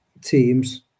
Teams